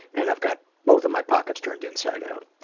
and i've got both of my pockets turned inside out.